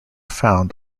found